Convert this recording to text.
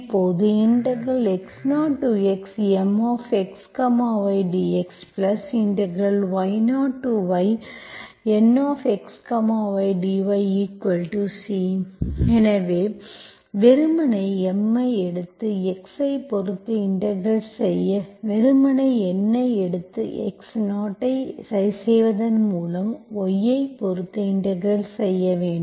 இப்போது x0xMxy dxy0yNxy dyC எனவே வெறுமனே M ஐ எடுத்து x ஐ பொறுத்து இன்டெகிரெட் செய்ய வெறுமனே N ஐ எடுத்து x0 ஐ சரிசெய்வதன் மூலம் y ஐ பொறுத்து இன்டெகிரெட் செய்ய வேண்டும்